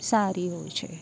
સારી હોય છે